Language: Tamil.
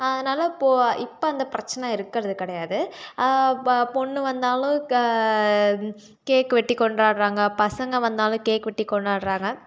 அதனால் போ இப்போ அந்த பிரச்சனை இருக்கிறது கிடையாது ப பொண்ணு வந்தாலும் க கேக்கு வெட்டி கொண்டாடுறாங்க பசங்க வந்தாலும் கேக் வெட்டி கொண்டாடுறாங்க